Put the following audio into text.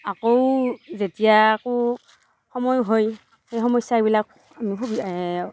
আকৌ যেতিয়া আকৌ সময় হয় সেই সমস্যাবিলাক